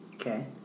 Okay